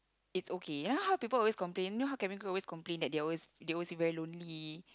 it's okay then how people always complain you know how cabin crew always complain that they're always they're always very lonely